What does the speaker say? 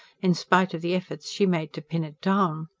in spite of the efforts she made to pin it down.